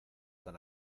tan